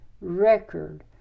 Record